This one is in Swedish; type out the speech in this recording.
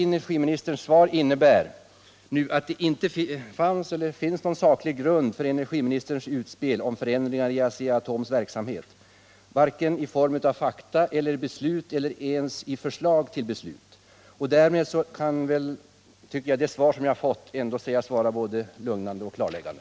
Energiministerns svar innebär att det inte finns eller fanns någon saklig grund för energiministerns utspel om förändringar i Asea-Atoms verksamhet i form av vare sig fakta eller beslut eller ens förslag till beslut. Därmed tycker jag att det svar som jag fått ändå kan sägas vara både lugnande och klarläggande.